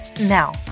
Now